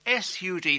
SUD